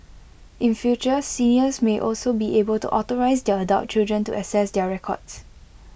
in future seniors may also be able to authorise their adult children to access their records